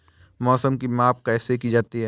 मौसम की माप कैसे की जाती है?